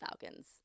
falcons